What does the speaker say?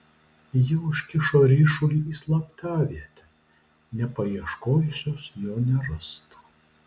ji užkišo ryšulį į slaptavietę nepaieškojusios jo nerastų